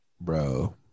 bro